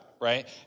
right